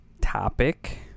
topic